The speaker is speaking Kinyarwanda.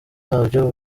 yabyo